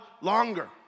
longer